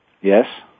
Yes